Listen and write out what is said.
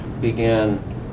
began